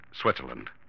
Switzerland